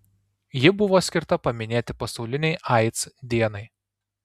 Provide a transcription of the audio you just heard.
ji buvo skirta paminėti pasaulinei aids dienai